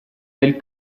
del